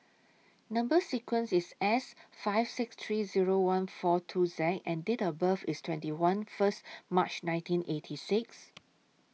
Number sequence IS S five six three Zero one four two Z and Date of birth IS twenty one First March nineteen eighty six